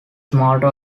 motto